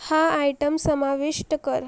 हा आयटम समाविष्ट कर